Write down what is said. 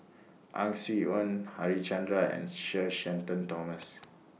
Ang Swee Aun Harichandra and Sir Shenton Thomas